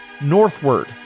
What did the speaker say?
northward